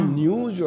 news